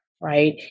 Right